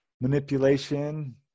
manipulation